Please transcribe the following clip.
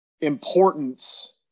importance